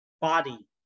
body